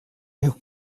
you